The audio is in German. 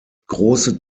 große